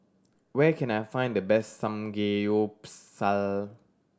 where can I find the best Samgeyopsal